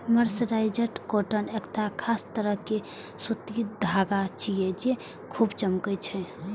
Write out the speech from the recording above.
mercerised cotton एकटा खास तरह के सूती धागा छियै, जे खूब चमकै छै